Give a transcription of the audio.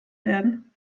werden